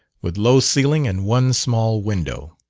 with low ceiling and one small window.